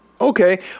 Okay